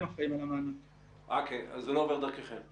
הרעיון שלנו הוא לתת גם למובטלים וגם למעסיקים